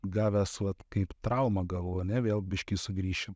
gavęs vat kaip traumą gavau ane vėl biškį sugrįšiu